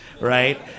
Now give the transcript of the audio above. right